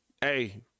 Hey